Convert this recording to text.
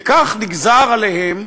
וכך נגזר עליהם